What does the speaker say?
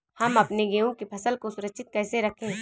हम अपने गेहूँ की फसल को सुरक्षित कैसे रखें?